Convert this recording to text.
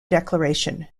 declaration